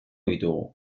ditugu